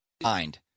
find